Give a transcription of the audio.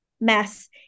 mess